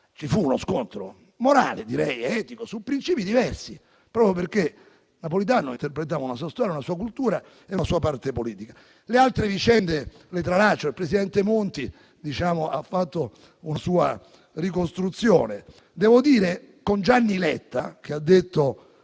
Ci fu uno scontro morale, direi etico, su princìpi diversi, proprio perché Napolitano interpretava una sua storia, una sua cultura e una sua parte politica. Le altre vicende le tralascio. Il presidente Monti ha fatto una sua ricostruzione. Concordo con Gianni Letta, che ha detto